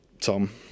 Tom